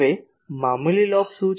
હવે મામૂલી લોબ એટલે શું